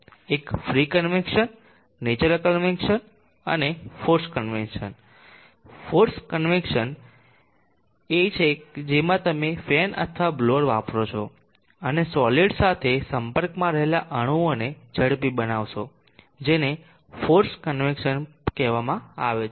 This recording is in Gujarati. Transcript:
એક ફ્રી કન્વેક્સન નેચરલ કન્વેક્સન અને ફોર્સ્ડ કન્વેક્સન ફોર્સ્ડ કન્વેક્સન એ છે જેમાં તમે ફેન અથવા બ્લોઅર વાપરો છો અને સોલીડ્સ સાથે સંપર્કમાં રહેલા અણુઓને ઝડપી બનાવશો જેને ફોર્સ્ડ કન્વેક્સન કહેવામાં આવે છે